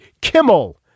Kimmel